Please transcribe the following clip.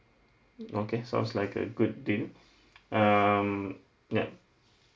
okay sounds like a good deal um yup